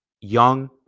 Young